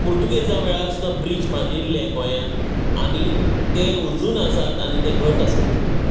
पुर्तुगेजां वेळार सुद्दा ब्रीज बांदिल्ले गोंयान आनी ते अजून आसात आनी ते घट आसात